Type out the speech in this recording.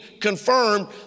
confirmed